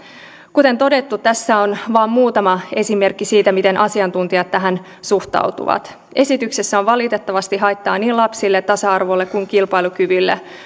kuten todettu tässä on vain muutama esimerkki siitä miten asiantuntijat tähän suhtautuvat esityksestä on valitettavasti haittaa niin lapsille tasa arvolle kuin kilpailukyvylle